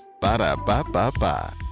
Ba-da-ba-ba-ba